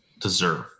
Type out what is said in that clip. deserve